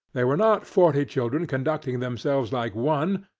they were not forty children conducting themselves like one,